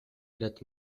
that